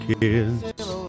kids